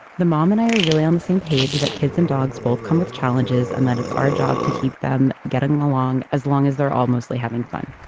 the mom and i are really on the same page that kids and dogs both come with challenges and that it's our job to keep them getting along. as long as they're all mostly having fun.